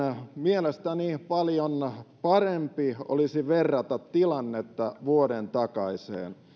mielestäni paljon parempi olisi verrata tilannetta vuoden takaiseen